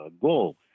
goal